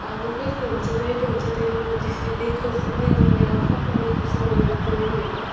अब कहिले हुन्छ जहिले हुन्छ तहिले म त्यसरी देखाउँछु पनि दुनियाँलाई सबलाई देखाउँछु मेरो ड्रइङ होइन